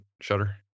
Shutter